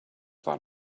that